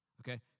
Okay